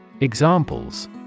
Examples